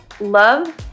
love